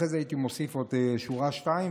אחרי זה הייתי מוסיף עוד שורה שתיים,